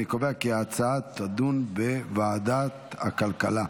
אני קובע כי ההצעה תידון בוועדת הכלכלה.